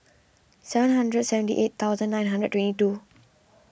seven hundred seventy eight thousand nine hundred twenty two